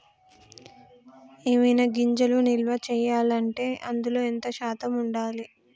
ఏవైనా గింజలు నిల్వ చేయాలంటే అందులో ఎంత శాతం ఉండాలి?